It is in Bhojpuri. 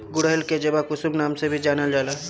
गुड़हल के जवाकुसुम नाम से भी जानल जाला